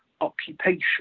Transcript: occupation